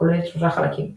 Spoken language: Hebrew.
הכוללת שלושה חלקים 'תופת',